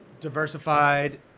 diversified